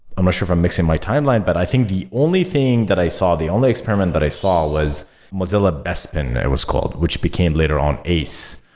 i'm not sure if i'm mixing my timeline, but i think the only thing that i saw, the only experiment that i saw was mozilla bespin, it was called, which became later on ace,